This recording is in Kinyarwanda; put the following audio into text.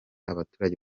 abaturage